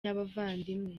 n’abavandimwe